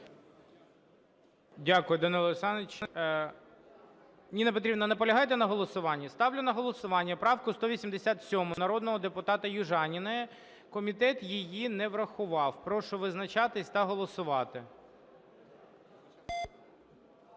Дякую, Данило Олександрович. Ніна Петрівна, наполягаєте на голосуванні? Ставлю на голосування правку 187 народного депутата Южаніної, комітет її не врахував. Прошу визначатись та голосувати.